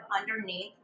underneath